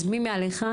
אז מי מעליך?